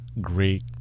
great